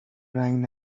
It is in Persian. رنگ